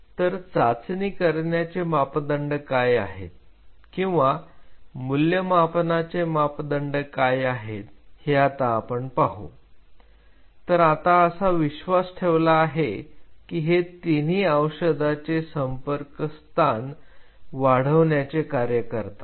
तर चाचणी करण्याचे मापदंड काय आहेत किंवा मूल्यमापनाचे मापदंड काय आहेत हे आता आपण पाहू तर आता असा विश्वास ठेवला आहे की हे तिन्ही औषधे संपर्क स्थान वाढवण्याचे कार्य करतात